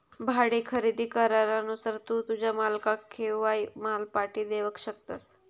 भाडे खरेदी करारानुसार तू तुझ्या मालकाक केव्हाय माल पाटी देवक शकतस